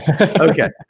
Okay